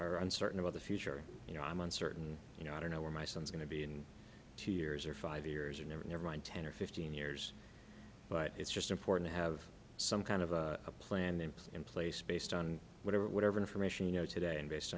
uncertain about the future you know i'm uncertain you know i don't know where my son's going to be in two years or five years and never never mind ten or fifteen years but it's just important to have some kind of a plan and put in place based on whatever whatever information you know today and based